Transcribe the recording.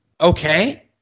Okay